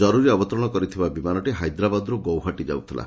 କରୁରୀ ଅବତରଶ କରିଥିବା ବିମାନଟି ହାଇଦ୍ରାବାଦରୁ ଗୌହାଟୀ ଯାଉଥଲା